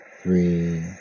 three